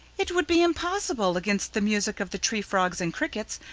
it would be impossible against the music of the tree frogs and crickets,